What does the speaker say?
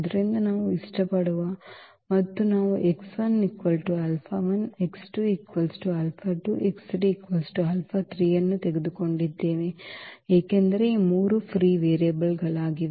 ಆದ್ದರಿಂದ ನಾವು ಇಷ್ಟಪಡುವ ಮತ್ತು ನಾವು ಅನ್ನು ತೆಗೆದುಕೊಂಡಿದ್ದೇವೆ ಏಕೆಂದರೆ ಈ ಮೂರೂ ಫ್ರೀ ವೇರಿಯಬಲ್ಗಳಾಗಿವೆ